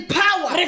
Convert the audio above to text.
power